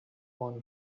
one